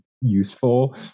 useful